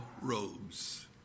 robes